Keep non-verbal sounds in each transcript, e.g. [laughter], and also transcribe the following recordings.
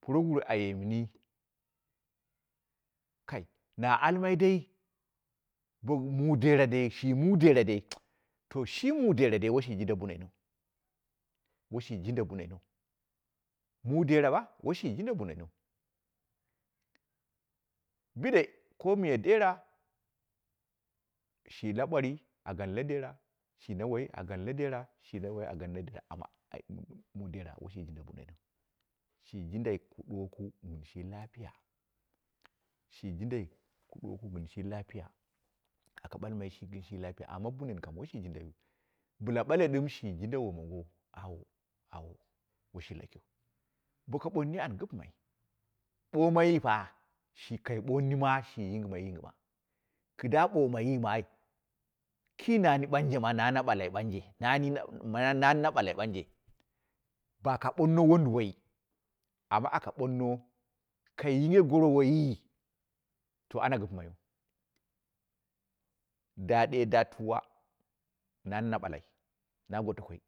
Proguru aye mini, kaina almai dai bo mu dera dai shi mu dera dai [hesitation] to shi mu dera dai washi jinda bunenu muu dera ba washi jinɗu bunen wu jire ko miya dera, shi nu bwari ai gan ladera, shi na wai a gan la dera, shi na wai angwa na dera, to mu dera washi jinda buwan wu, shi jindai ku duwoku gɨn shi lapiya shi jindai ku duwaku gɨnshi lapiya aka basmai shiginshi lapiya, amma bunan washi jindai wui bɨla bale dai shi jinda womongo auwo, auwo washi lakiu, boka ɓonni an gɨpɨmai, ɓomaiyi ra, shi kai boni ma shi yingɨmai yingɨma, leɨda bomaiyima ki nani baje ma nana bullai bainji nami ma nami na bulai ɓanje, bo aka bonno wuudu wai, ama aka bunno kai yinge goro, woiyi. To ana gɨpɨmaiyu, da ɗee da tuwa nani na balai na gotokoi,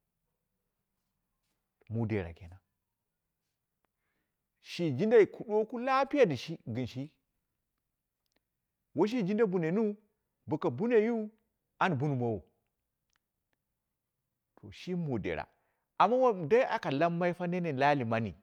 ma dera kemare shi jindai ka duwoku lapiya gɨnshi, washi jinda bunen wu bo ka buneyin an bunmowou to shi me dera amma dai won aka lammai fu nene la ali mani.